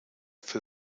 für